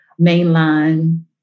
mainline